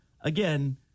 again